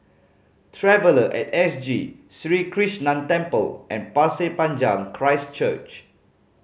Traveller At S G Sri Krishnan Temple and Pasir Panjang Christ Church